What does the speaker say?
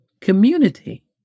community